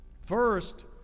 First